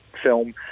film